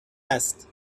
است